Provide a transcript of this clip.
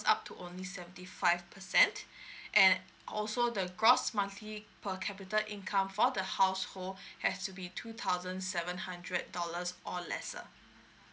up to only seventy five percent and also the gross monthly per capita income for the household has to be two thousand seven hundred dollars or lesser